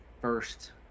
first